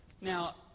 Now